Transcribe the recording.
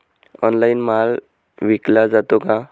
Online माल विकला जातो का?